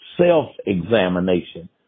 self-examination